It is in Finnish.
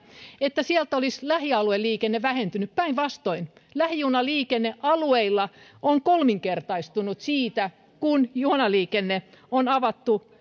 että sieltä olisi lähialueliikenne vähentynyt niin päinvastoin lähijunaliikenne alueilla on kolminkertaistunut siitä kun junaliikenne on avattu